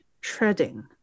treading